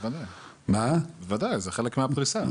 בוודאי, זה חלק מהפריסה.